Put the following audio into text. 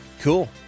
Cool